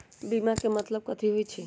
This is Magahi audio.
बीमा के मतलब कथी होई छई?